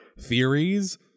theories